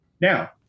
Now